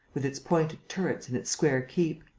with its pointed turrets and its square keep.